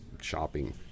shopping